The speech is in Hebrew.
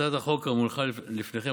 הצעת החוק המונחת לפניכם,